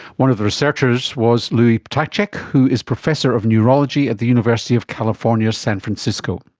one of the researchers was louis ptacek who is professor of neurology at the university of california, san francisco.